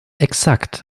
exakt